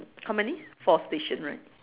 how many four station right